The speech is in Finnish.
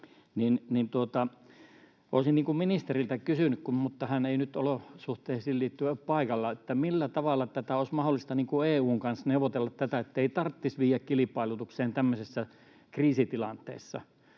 Olisin ministeriltä kysynyt — mutta hän ei nyt olosuhteisiin liittyen ole paikalla: millä tavalla olisi mahdollista EU:n kanssa neuvotella tätä, ettei tarvitsisi viedä kilpailutukseen tämmöisessä kriisitilanteessa?